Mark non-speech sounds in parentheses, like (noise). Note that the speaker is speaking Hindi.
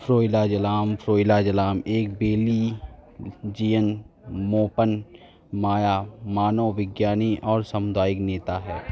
फ्रोइला जलाम फ्रोइला जलाम एक (unintelligible) मोपन माया मानव विज्ञानी और सामुदायिक नेता है